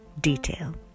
detail